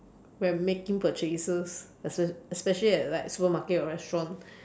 when making purchases espe~ especially at like supermarket or restaurant